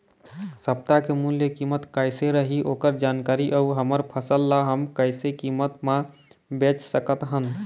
सप्ता के मूल्य कीमत कैसे रही ओकर जानकारी अऊ हमर फसल ला हम कैसे कीमत मा बेच सकत हन?